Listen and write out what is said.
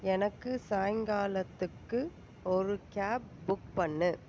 எனக்கு சாய்ங்காலத்துக்கு ஒரு கேப் புக் பண்ணு